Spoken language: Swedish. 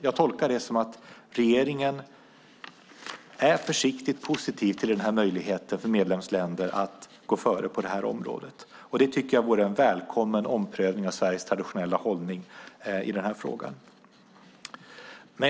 Jag tolkar det som att regeringen är försiktigt positiv till denna möjlighet för medlemsländer att gå före på det här området. Jag tycker att det vore en välkommen omprövning av Sveriges traditionella hållning i frågan.